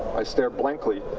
staring blankly,